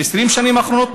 ב-20 השנים האחרונות?